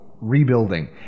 rebuilding